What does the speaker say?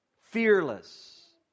fearless